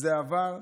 זה עבר.